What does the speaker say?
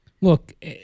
Look